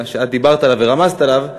שאת דיברת עליו ורמזת עליו,